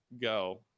go